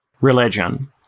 religion